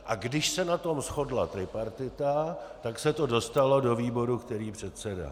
A když se na tom shodla tripartita, tak se to dostalo do výboru, který předsedá.